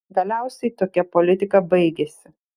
galiausiai tokia politika baigėsi